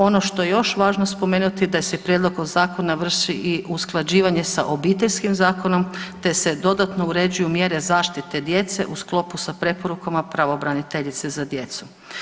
Ono što je još važno spomenuti da se prijedlog zakona vrši i usklađivanje sa obiteljskim zakonom te se dodatno uređuju mjere zaštite djece u sklopu sa preporukama pravobraniteljice za djecu.